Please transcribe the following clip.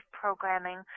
programming